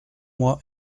moi